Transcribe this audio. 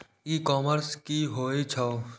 ई commerce की होए छै?